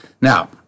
Now